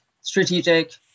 strategic